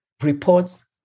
reports